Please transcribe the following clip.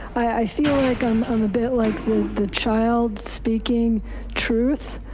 i feel like i'm um a bit like the the child speaking truth.